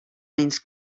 menys